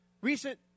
recent